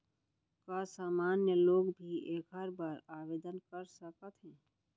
का सामान्य लोग भी एखर बर आवदेन कर सकत हे?